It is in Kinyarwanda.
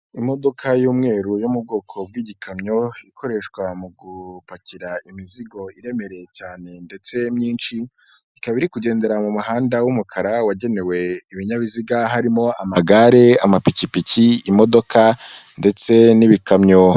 Imodoka y'umweru yo mu bwoko bw'igikamyo ikoreshwa mu gupakira imizigo iremereye cyane ndetse myinshi, ikaba iri kugendera mu muhanda w'umukara wagenewe ibinyabiziga harimo amagare, amapikipiki, imodoka, ndetse n'ibikamyo.